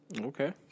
Okay